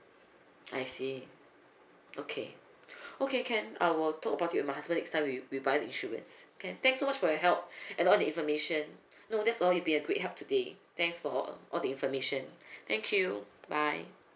I see okay okay can I will talk it about with my husband next time we we buy the insurance can thanks so much for your help and all the information no that's all you've been a great help today thanks for all the information thank you bye